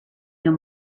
know